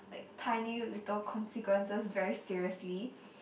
like tiny little consequences very seriously